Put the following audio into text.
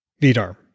Vidar